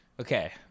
Okay